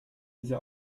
diese